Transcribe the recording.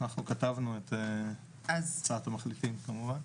אנחנו כתבנו את הצעת המחליטים כמובן.